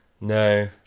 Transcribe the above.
No